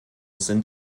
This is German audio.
sind